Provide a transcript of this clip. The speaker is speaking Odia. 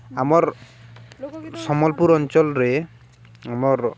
ଆମର୍ ସମ୍ବଲପୁର ଅଞ୍ଚଳରେ ଆମର୍